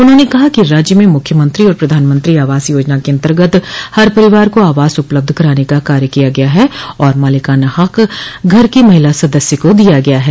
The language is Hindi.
उन्होंने कहा कि राज्य में मुख्यमंत्री और प्रधानमंत्री आवास योजना के अन्तर्गत हर परिवार को आवास उपलब्ध कराने का कार्य किया गया है और मालिकाना हक घर की महिला सदस्य को दिया गया है